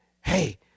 Hey